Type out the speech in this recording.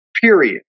period